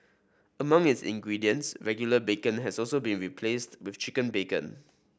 among its ingredients regular bacon has also been replaced with chicken bacon